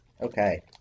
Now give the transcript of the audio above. Okay